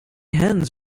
hens